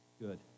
Good